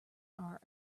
are